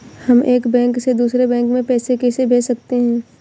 हम एक बैंक से दूसरे बैंक में पैसे कैसे भेज सकते हैं?